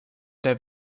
der